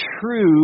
true